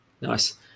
Nice